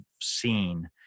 seen